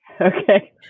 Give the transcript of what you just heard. Okay